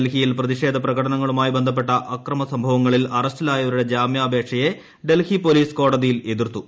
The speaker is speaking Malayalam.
ഡൽഹിയിൽ പ്രതിഷേധ പ്രകടനങ്ങളുമായി ബന്ധപ്പെട്ട അക്രമസംഭവങ്ങളിൽ അറസ്റ്റിലായവരുടെ ജാമ്യാപേക്ഷയെ ഡൽഹി ്പോലീസ് കോടതിയിൽ എതിർത്തു